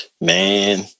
Man